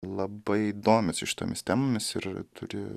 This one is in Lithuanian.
labai domisi šitomis temomis ir turi